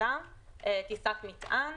מצומצם טיסת מטען,